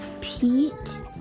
Pete